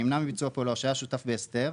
נמנע מביצוע פעולה או שהיה שותף בהסדר,